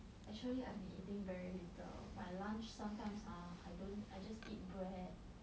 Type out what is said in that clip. actually I've been eating very little my lunch sometimes ah I don't I just eat bread